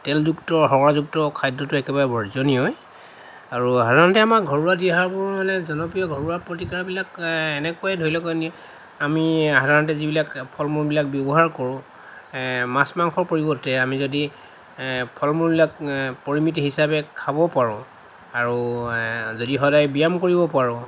তেলযুক্ত শৰ্কৰাযুক্ত খাদ্য়তো একেবাৰে বৰ্জনীয়ই আৰু সাধাৰণতে আমাৰ ঘৰুৱা দিহাবোৰ হ'লে জনপ্ৰিয় ঘৰুৱা প্ৰতিকাৰবিলাক এনেকুৱাই ধৰি লওক ইনেই আমি সাধাৰণতে যিবিলাক ফল মূলবিলাক ব্যৱহাৰ কৰোঁ মাছ মাংসৰ পৰিৱৰ্তে আমি যদি ফল মূলবিলাক পৰিমিত হিচাবে খাব পাৰোঁ আৰু যদি সদায় ব্যায়াম কৰিব পাৰোঁ